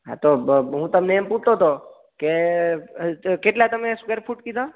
હા તો હું તમને એમ પૂતો તો કે કેટલા તમે સ્કેવેર ફૂટ કીધા